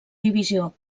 divisió